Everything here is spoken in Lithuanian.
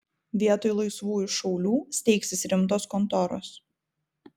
vietoj laisvųjų šaulių steigsis rimtos kontoros